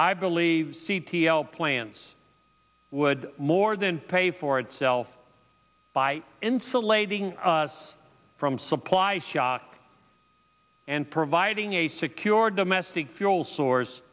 i believe c t l plans would more than pay for itself by insulating us from supply shock and providing a secure domestic fuel source